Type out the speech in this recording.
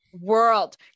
world